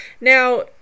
now